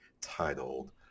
titled